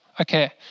Okay